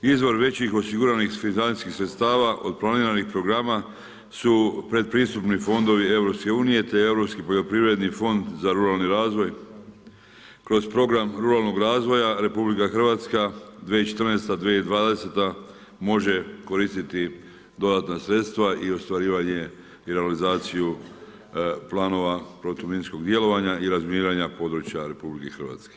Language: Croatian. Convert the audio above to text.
Izvor većih osiguranih financijskih sredstava od planiranih programa su pred pristupni fondovi EU te Europski poljoprivredni fond za ruralni razvoj kroz program ruralnog razvoja RH 2014./2020. može koristiti dodatna sredstva i ostvarivanje i realizaciju planova protuminskog djelovanja i razminiranja područja RH.